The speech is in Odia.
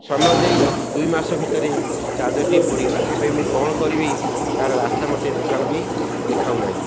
ସମୟ ଦେଇ ଦୁଇ ମାସ ଭିତରେ ଚାର୍ଜରଟି ପୋଡ଼ିଗଲା ଏବେ ମୁଁ କ'ଣ କରିବି ତାର ରାସ୍ତା ମୋତେ ଦୋକାନ ବି ଦେଖାଉ ନାହିଁ